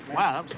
wow.